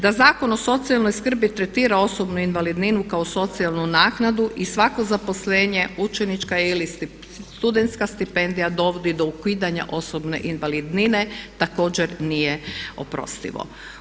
Da Zakon o socijalnoj skrbi tretira osobnu invalidninu kao socijalnu naknadu i svako zaposlenje učenička je ili studentska stipendija dovodi do ukidanja osobne invalidnine također nije oprostivo.